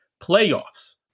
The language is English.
playoffs